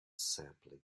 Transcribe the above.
sampling